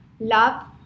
love